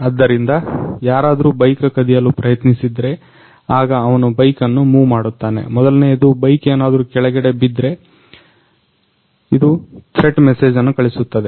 ಆದ್ದರಿಂದ ಯಾರಾದ್ರೂ ಬೈಕ್ ಕದಿಯಲು ಪ್ರಯತ್ನಿಸಿದ್ರೆ ಆಗ ಅವನು ಬೈಕ್ ಅನ್ನು ಮೂವ್ ಮಾಡುತ್ತಾನೆ ಮೊದಲನೇಯದು ಬೈಕ್ ಏನಾದ್ರು ಕೆಳಗೆ ಬಿದ್ರೆ ಇದು ಥ್ರೆಟ್ ಮೆಸೇಜನ್ನ ಕಳಿಸುತ್ತದೆ